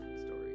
story